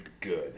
good